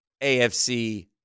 AFC